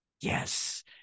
yes